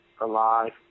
Alive